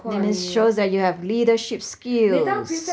then it shows that you have leadership skills